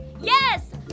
yes